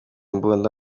mbunda